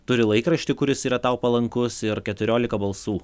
turi laikraštį kuris yra tau palankus ir keturiolika balsų